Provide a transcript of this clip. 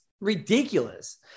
ridiculous